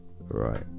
Right